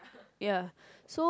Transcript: ya so